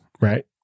right